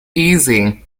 easy